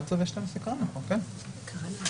חברים, אנחנו קוראים.